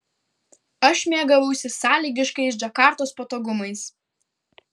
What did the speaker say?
aš mėgavausi sąlygiškais džakartos patogumais